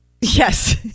Yes